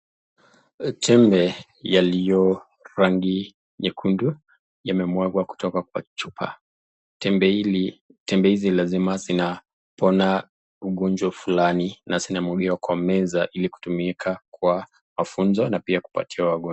Tembe yaliyo rangi nyekundu yamemwagwa kutoka kwa chupa. Tembe hizi lazima zinapona ugonjwa fulani na zinamwagwa kwa meza ili kutumika kwa mafunzo na pia kupatia wagonjwa.